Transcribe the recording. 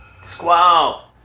Squall